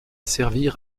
servir